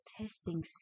testing